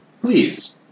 please